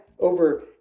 over